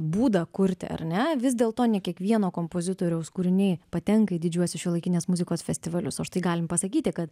būdą kurti ar ne vis dėlto ne kiekvieno kompozitoriaus kūriniai patenka į didžiuosius šiuolaikinės muzikos festivalius o štai galim pasakyti kad